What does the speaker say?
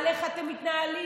איך אתם מתנהלים,